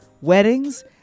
weddings